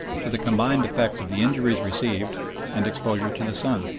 to the combined effects of the injuries received and exposure to the sun.